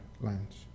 lands